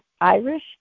Irish